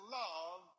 love